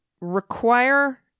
require